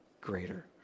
greater